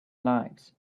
lives